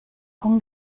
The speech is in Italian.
con